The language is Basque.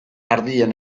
ardien